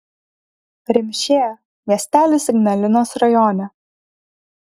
rimšė miestelis ignalinos rajone